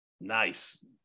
Nice